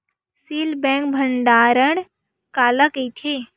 Seal pack भंडारण काला कइथे?